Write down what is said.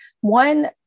one